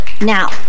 Now